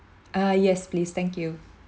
ah yes please thank you